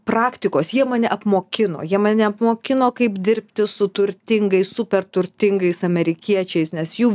praktikos jie mane apmokino jie mane apmokino kaip dirbti su turtingais super turtingais amerikiečiais nes jų